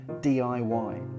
DIY